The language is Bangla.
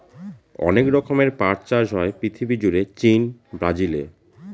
অনেক রকমের পাট চাষ হয় পৃথিবী জুড়ে চীন, ব্রাজিলে